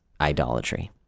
idolatry